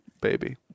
baby